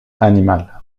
animal